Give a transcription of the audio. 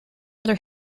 other